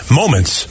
moments